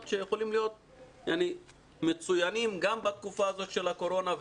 שיכולים להיות מצוינים גם בתקופה הזאת של הקורונה,